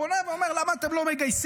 פונה ואומר: למה אתם לא מגייסים?